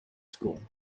school